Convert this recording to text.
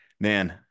man